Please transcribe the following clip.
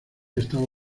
estaba